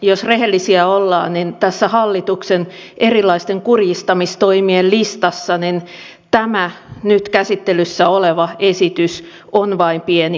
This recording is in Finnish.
jos rehellisiä ollaan niin tässä hallituksen erilaisten kurjistamistoimien listassa tämä nyt käsittelyssä oleva esitys on vain pieni alaviite